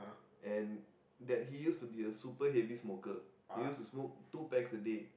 and that he used to be a super heavy smoker he used to smoke two packs a day